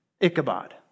Ichabod